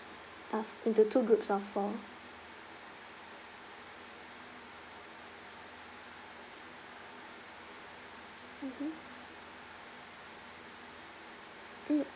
uh into two groups of four mmhmm mm